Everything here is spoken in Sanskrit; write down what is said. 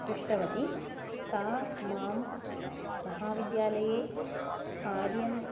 पृष्टवती सा माम् महाविद्यालये कार्यम्